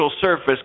surface